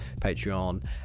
Patreon